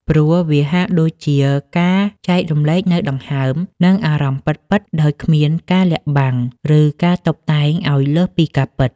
ព្រោះវាហាក់ដូចជាការចែករំលែកនូវដង្ហើម និងអារម្មណ៍ពិតៗដោយគ្មានការលាក់បាំង ឬការតុបតែងឱ្យលើសពីការពិត។